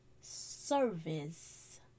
service